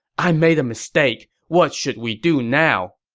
i made a mistake! what should we do now?